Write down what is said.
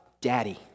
Daddy